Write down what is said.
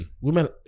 women